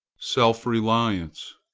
self-reliance.